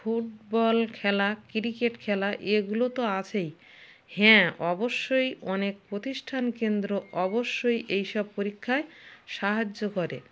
football খেলা cricket খেলা এগুলো তো আছেই হ্যাঁ অবশ্যই অনেক প্রতিষ্ঠান কেন্দ্র অবশ্যই এইসব পরীক্ষায় সাহায্য করে